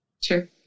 Sure